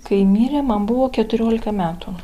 kai mirė man buvo keturiolika metų